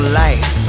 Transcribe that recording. life